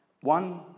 one